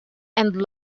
and